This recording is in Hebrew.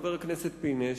חבר הכנסת פינס,